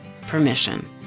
Permission